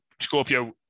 Scorpio